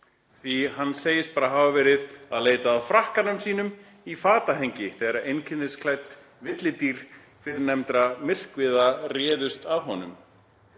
því hann segist bara hafa verið að leita að frakkanum sínum í fatahengi þegar einkennisklædd villidýr fyrrnefnds myrkviðar réðust að honum.